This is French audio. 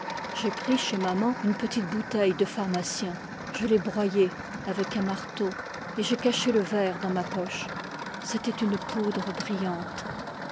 j'ai pris chez maman une petite bouteille de pharmacien je l'ai broyée avec un mar teau et j'ai caché le verre dans ma poche c'était une poudre brillante